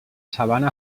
sabana